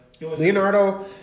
Leonardo